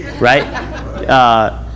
Right